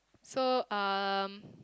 so um